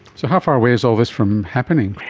so how far away is all this from happening?